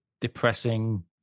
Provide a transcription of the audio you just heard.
depressing